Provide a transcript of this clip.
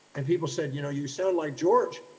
and people said, you know, you sound like george'.